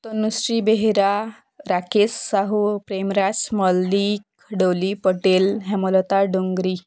Tanushree Behera Rakesh Sahu Premraj Mallick Doli Patel Hemlata Dongri